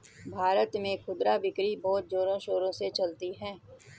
भारत में खुदरा बिक्री बहुत जोरों शोरों से चलती है